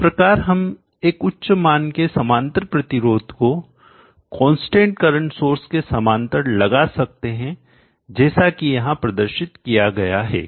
इस प्रकार हम एक उच्च मान के समांतर प्रतिरोध को कांस्टेंट करंट सोर्स के समांतर लगा सकते हैं जैसा कि यहां प्रदर्शित किया गया है